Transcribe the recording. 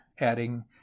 adding